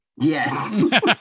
Yes